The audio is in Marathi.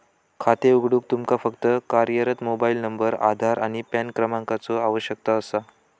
खातो उघडूक तुमका फक्त कार्यरत मोबाइल नंबर, आधार आणि पॅन क्रमांकाचो आवश्यकता असा